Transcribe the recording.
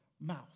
mouth